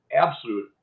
absolute